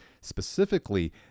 specifically